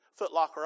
footlocker